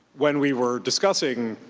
when we were discussing